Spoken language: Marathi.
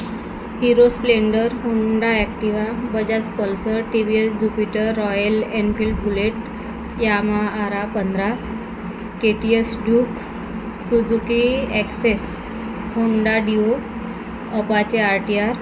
hero Splendor Honda Activa Bajaj Pulsar T V S Jupiter Royal Enfield Bullet Yamaha R पंधरा K T S Duke Suzuki Access Honda Dio Apache R T R